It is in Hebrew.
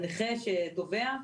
הנכה שתובע,